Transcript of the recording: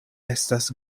estas